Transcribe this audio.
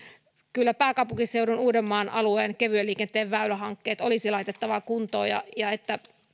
kyllä pääkaupunkiseudun uudenmaan alueen kevyen liikenteen väylähankkeet olisi laitettava kuntoon niin että